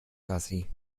gassi